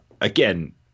again